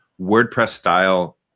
WordPress-style